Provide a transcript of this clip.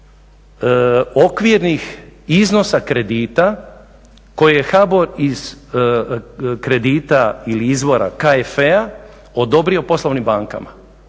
okvirnih iznosa kredita koje HBOR iz kredita ili izvora KFE-a odobrio poslovnim bankama.